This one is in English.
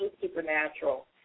supernatural